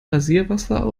rasierwasser